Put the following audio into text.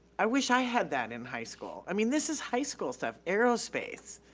i wish i had that in high school. i mean this is high school stuff. arrowspace.